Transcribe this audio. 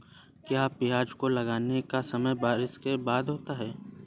क्या प्याज को लगाने का समय बरसात के बाद होता है?